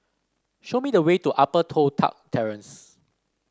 show me the way to Upper Toh Tuck Terrace